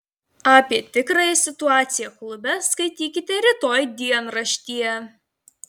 apie tikrąją situaciją klube skaitykite rytoj dienraštyje